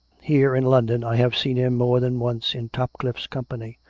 here in london i have seen him more than once in topcliffe's com pany.